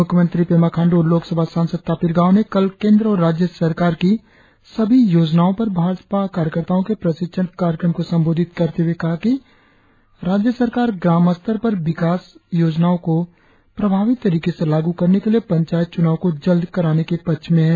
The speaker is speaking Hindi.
मुख्यमंत्री पेमा खाण्डू और लोकसभा सांसद तापिर गांव ने कल केंद्र और राज्य सरकार की सभी योजनाओं पर भाजपा कार्यक्रताओं के प्रशिक्षण कार्यक्रम को संबोधित करते हुए कहा कि राज्य सरकार ग्राम स्तर पर विकास योजनाओं को प्रभावी तरीके से लागू करने के लिए पंचायत चुनावों को जल्द कराने के पक्ष में है